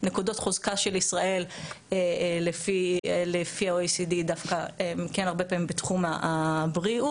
נקודות חוזקה של ישראל לפי ה-OECD הן כן הרבה פעמים בתחום הבריאות,